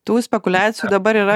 tų spekuliacijų dabar yra